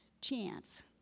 chance